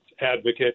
advocate